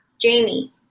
Jamie